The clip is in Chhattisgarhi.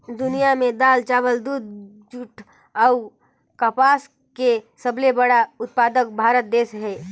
दुनिया में दाल, चावल, दूध, जूट अऊ कपास के सबले बड़ा उत्पादक भारत देश हे